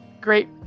great